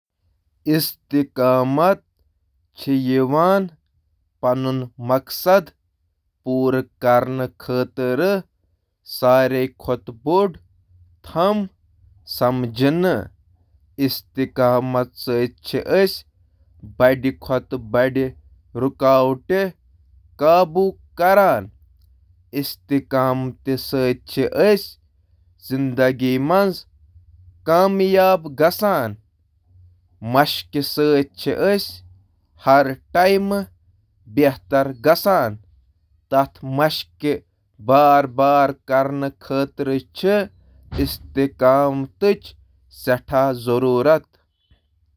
استقامت چِھ رکاوٹن، ناکامین تہٕ چیلنجن باوجود چلان روزنچ صلاحیت، تہٕ یہٕ چُھ رکاوٹن پیٹھ قابو پانس منٛز اہم کردار ادا کران: